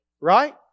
Right